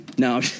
No